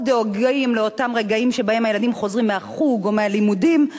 או דואגים לאותם רגעים שבהם הילדים חוזרים מהחוג או מהלימודים,